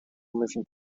moving